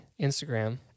Instagram